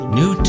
new